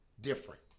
different